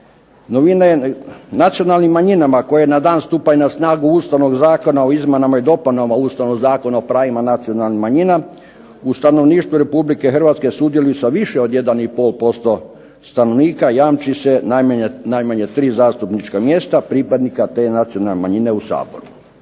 novina je nacionalnim manjinama koje na dan stupanja na snagu Ustavnog zakona o izmjenama i dopunama Ustavnog zakona o pravima nacionalnih manjina u stanovništvu Republike Hrvatske sudjeluju sa više od 1,5% stanovnika jamči se najmanje tri zastupnička mjesta pripadnika te nacionalne manjine u Saboru.